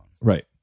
Right